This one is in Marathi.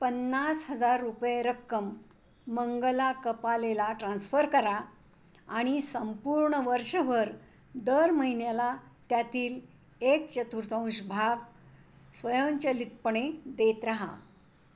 पन्नास हजार रुपये रक्कम मंगला कपालेला ट्रान्स्फर करा आणि संपूर्ण वर्षभर दर महिन्याला त्यातील एक चतुर्थांश भाग स्वयंचलितपणे देत राहा